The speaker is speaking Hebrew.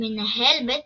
מנהל בית